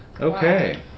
Okay